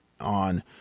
on